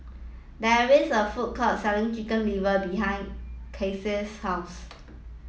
there is a food court selling chicken liver behind Casie's house